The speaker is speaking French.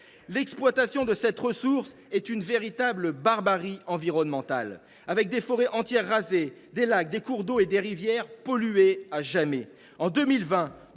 L’exploitation de cette ressource est une véritable barbarie environnementale : des forêts entières sont rasées ; des lacs, des cours d’eau et des rivières sont pollués à jamais. En 2020,